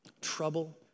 trouble